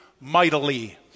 mightily